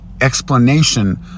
explanation